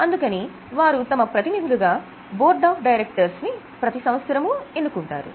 అందుకని వారు తమ ప్రతినిధులుగా బోర్డ్ ఆఫ్ డైరెక్టర్స్ ని ప్రతి సంవత్సరము ఎన్నుకుంటారు